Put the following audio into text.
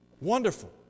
wonderful